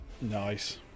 Nice